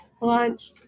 lunch